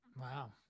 Wow